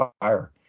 fire